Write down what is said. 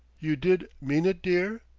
you did mean it, dear?